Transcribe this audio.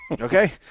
okay